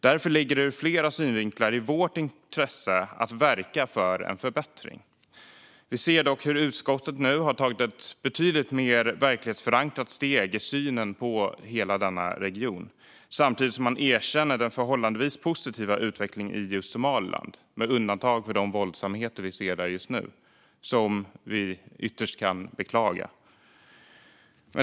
Därför ligger det ur flera synvinklar i vårt intresse att verka för förbättring. Vi ser dock hur utskottet nu har tagit ett betydligt mer verklighetsförankrat steg i synen på hela denna region, samtidigt som man erkänner den förhållandevis positiva utvecklingen i just Somaliland, med undantag för de våldsamheter vi ser där just nu och som vi verkligen beklagar.